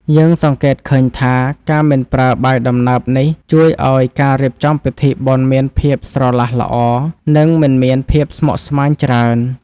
យើងសង្កេតឃើញថា ការមិនប្រើបាយដំណើបនេះជួយឱ្យការរៀបចំពិធីបុណ្យមានភាពស្រឡះល្អ និងមិនមានភាពស្មុគស្មាញច្រើន។